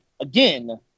again